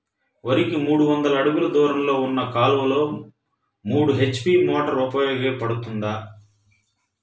వరికి మూడు వందల అడుగులు దూరంలో ఉన్న కాలువలో మూడు హెచ్.పీ మోటార్ ఉపయోగపడుతుందా?